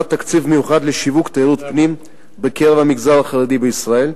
תקציב מיוחד לשיווק תיירות פנים בקרב המגזר החרדי בישראל,